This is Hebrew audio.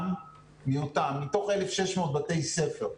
מתוך 1,600 בתי ספר,